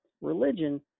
religion